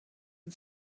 and